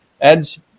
edge